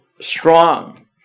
strong